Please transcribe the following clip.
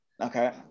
Okay